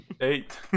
eight